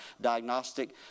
diagnostic